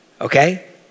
okay